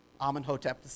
Amenhotep